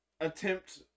attempt